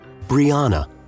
Brianna